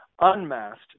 unmasked